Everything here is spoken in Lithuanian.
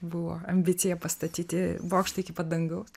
buvo ambicija pastatyti bokštą iki pat dangaus